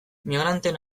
migranteen